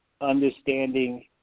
understanding